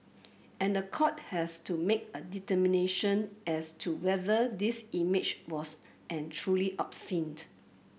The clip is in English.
and the court has to make a determination as to whether this image was and truly obscene